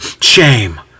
Shame